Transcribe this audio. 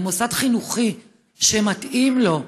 למוסד חינוכי שמתאים לו,